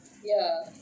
ya